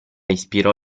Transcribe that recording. ispirò